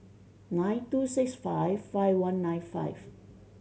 nine two six five five one nine five